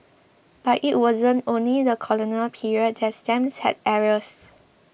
but it wasn't only the colonial period that stamps had errors